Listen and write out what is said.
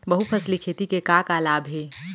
बहुफसली खेती के का का लाभ हे?